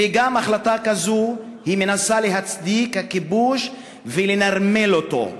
וגם, החלטה כזו מנסה להצדיק הכיבוש ולנרמל אותו.